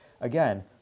again